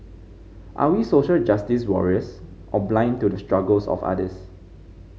are we social justice warriors or blind to the struggles of others